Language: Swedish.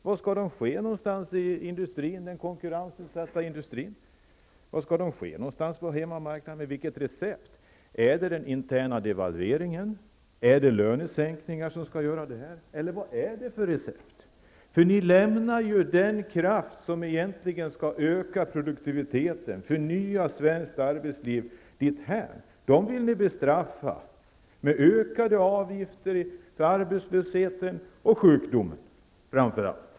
Var skall de finnas någonstans i den konkurrensutsatta industrin? Var skall de finnas i hemmamarknadsindustrin? Är det den interna devalveringen, är det lönesänkningar eller vad är det för recept? Ni lämnar den kraft som egentligen skall öka produktiviteten och förnya svenskt arbetsliv därhän. De människorna vill ni bestraffa med ökade avgifter för arbetslösheten och vid sjukdom.